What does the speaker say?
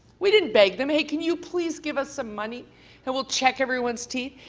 we didn't beg them, hey can you please give us some money and we'll check everyone's teeth?